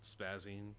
spazzing